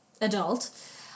adult